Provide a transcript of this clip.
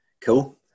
cool